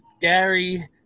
Gary